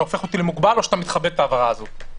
אתה הופך אותי למוגבל או שאתה מכבד את ההעברה הזו?